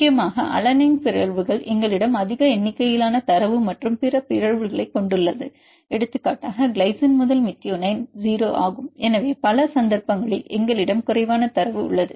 முக்கியமாக அலனைன் பிறழ்வுகள் எங்களிடம் அதிக எண்ணிக்கையிலான தரவு மற்றும் பிற பிறழ்வுகளைக் கொண்டுள்ளன எடுத்துக்காட்டாக கிளைசின் முதல் மெத்தியோனைன் 0 ஆகும் எனவே பல சந்தர்ப்பங்களில் எங்களிடம் குறைவான தரவு உள்ளது